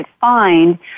find